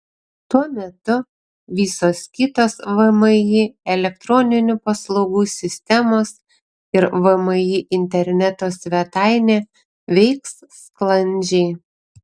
tuo metu visos kitos vmi elektroninių paslaugų sistemos ir vmi interneto svetainė veiks sklandžiai